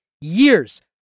years